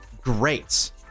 great